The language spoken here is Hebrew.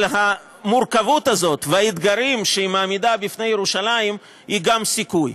אבל המורכבות הזאת והאתגרים שהיא מעמידה בפני ירושלים היא גם סיכוי.